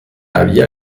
había